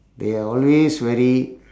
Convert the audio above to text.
they are always very